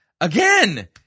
Again